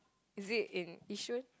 is it in Yishun